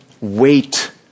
wait